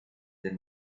del